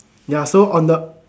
ya so on the